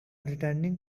returning